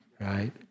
right